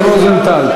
חבר הכנסת רוזנטל.